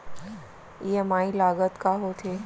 EMI लागत का होथे?